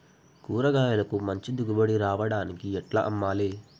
కూరగాయలకు మంచి దిగుబడి రావడానికి ఎట్ల అమ్మాలే?